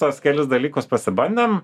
tuos kelis dalykus pasibandėm